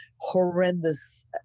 horrendous